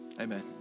Amen